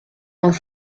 vingt